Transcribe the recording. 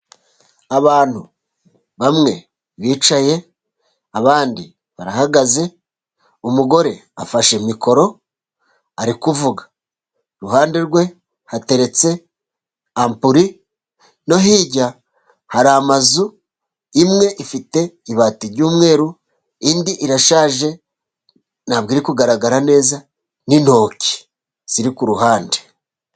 Abantu bamwe bicaye abandi barahagaze, umugore afashe mikoro ari kuvuga, iruhande rwe hateretse apuri no hirya hari amazu, imwe ifite ibati ry'umweru indi irashaje, ntabwo iri kugaragara neza n'intoki ziri kuruhande.